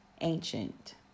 ancient